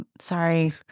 sorry